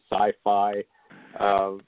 sci-fi